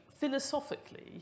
philosophically